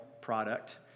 product